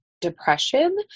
depression